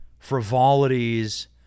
frivolities